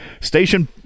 station